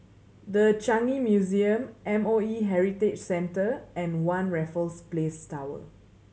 The Changi Museum M O E Heritage Centre and One Raffles Place Tower